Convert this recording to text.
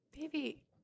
baby